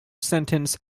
sentence